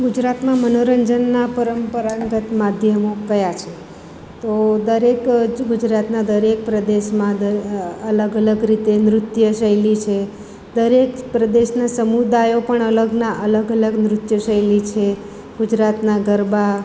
ગુજરાતમાં મનોરંજનના પરંપરાગત માધ્યમો કયા છે તો દરેક જ ગુજરાતના દરેક પ્રદેશમાં અલગ અલગ રીતે નૃત્ય શૈલી છે દરેક પ્રદેશના સમુદાયો પણ અલગના અલગ અલગ નૃત્ય શૈલી છે ગુજરાતના ગરબા